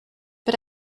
but